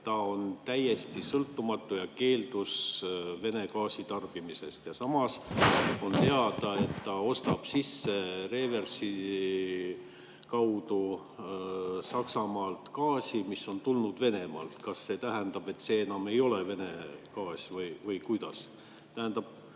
ta on täiesti sõltumatu ja keeldub Vene gaasi tarbimisest, samas on teada, et ta ostab reversi kaudu Saksamaalt sisse gaasi, mis on tulnud Venemaalt. Kas see tähendab, et see enam ei ole Vene gaas, või kuidas? Mis